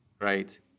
right